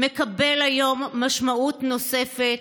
מקבל היום משמעות נוספת,